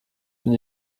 bin